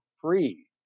free